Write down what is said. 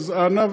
אז אנא,